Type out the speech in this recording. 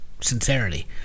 sincerity